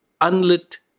unlit